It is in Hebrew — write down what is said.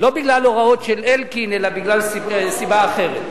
לא בגלל הוראות של אלקין, אלא מסיבה אחרת.